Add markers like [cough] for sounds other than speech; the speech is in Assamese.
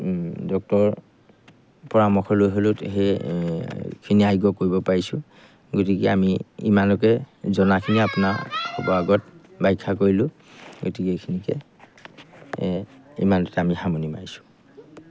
ডক্টৰৰ পৰামৰ্শ লৈ হ'লেও সেই খিনি আৰোগ্য কৰিব পাৰিছোঁ গতিকে আমি ইমানকে জনাখিনি আপোনাৰ [unintelligible] আগত ব্যাখ্যা কৰিলোঁ গতিকে এইখিনিকে ইমানতে আমি সামৰণি মাৰিছোঁ